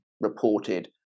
reported